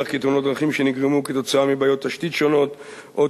כי תאונות דרכים שנגרמו מבעיות תשתית שונות או